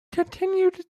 continued